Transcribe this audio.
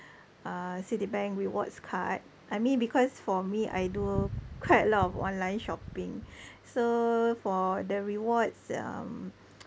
uh Citibank rewards card I mean because for me I do quite a lot of online shopping so for the rewards um